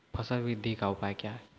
फसल बृद्धि का उपाय क्या हैं?